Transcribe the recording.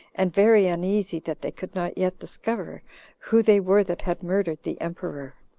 and very uneasy that they could not yet discover who they were that had murdered the emperor